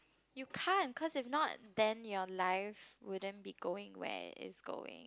you can't because if not then your life wouldn't be going where is going